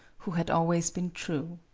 who had always been true.